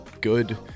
good